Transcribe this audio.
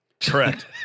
Correct